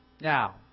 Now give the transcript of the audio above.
Now